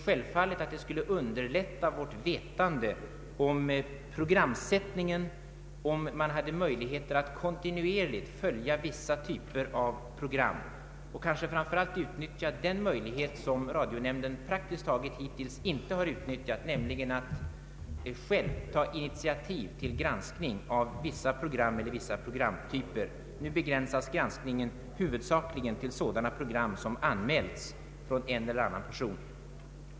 Självfallet skulle det underlätta vårt vetande om programsättningen därest det fanns möjligheter att kontinuerligt följa vissa typer av program och kanske framför allt utnyttja den möjlighet som radionämnden praktiskt taget hittills inte har utnyttjat, nämligen att själv ta initiativ till granskning av vissa program eller vissa programtyper. Nu begränsas granskningen huvudsakligen till sådana program som anmälts av någon person eller organisation.